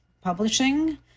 publishing